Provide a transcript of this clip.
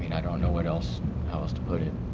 you know i don't know what else how else to put it.